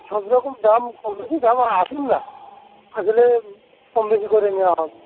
সব রকম দাম কম বেশি দাম আসুন না আসলে কম বেশি করে নেওয়া হবে